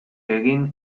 egin